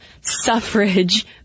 suffrage